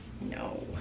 No